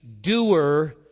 doer